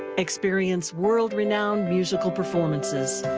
experience world renownd musical performances.